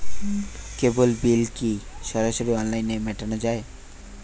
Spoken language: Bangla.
কেবল বিল কি সরাসরি অনলাইনে মেটানো য়ায়?